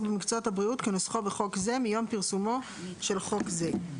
במקצועות הבריאות כנוסחו בחוק זה מיום פרסומו של חוק זה".